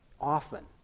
often